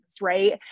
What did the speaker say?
right